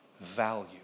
value